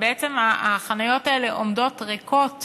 בעצם החניות האלה עומדות ריקות